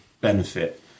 benefit